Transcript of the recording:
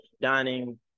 dining